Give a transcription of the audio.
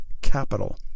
capital